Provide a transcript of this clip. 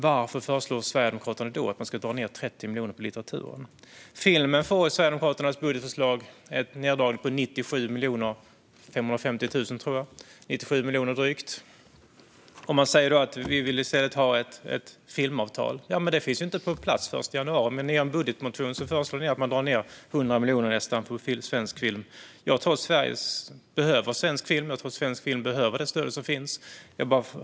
Varför föreslår Sverigedemokraterna då att vi ska dra ned 30 miljoner på litteraturen? Filmen får i Sverigedemokraternas budgetförslag en neddragning med drygt 97 miljoner. Man säger att man i stället vill ha ett filmavtal. Det kommer ju inte att finnas på plats den 1 januari, men i er budgetmotion föreslår ni en neddragning med nästan 100 miljoner på svensk film. Jag tror att Sverige behöver svensk film, och jag tror att svensk film behöver det stöd som finns.